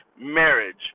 marriage